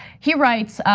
he writes,